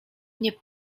mnie